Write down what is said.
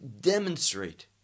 demonstrate